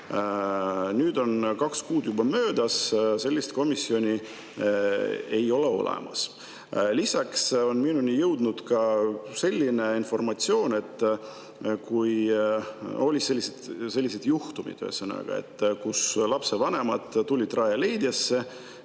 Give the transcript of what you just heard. Nüüd on kaks kuud juba möödas, aga sellist komisjoni ei ole olemas. Lisaks on minuni jõudnud selline informatsioon, et on olnud sellised juhtumid, kus lapsevanemad tulid Rajaleidjasse